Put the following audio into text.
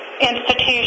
institution